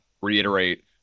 reiterate